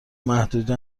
محدوده